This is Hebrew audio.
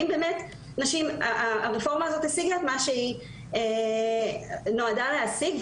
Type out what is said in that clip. אם באמת הרפורמה הזאת השיגה את מה שהיא נועדה להשיג.